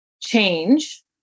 change